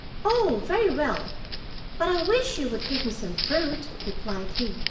oh, very well but i wish you would give me some fruit replied he.